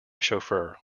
chauffeur